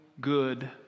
good